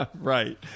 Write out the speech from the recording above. Right